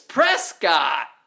Prescott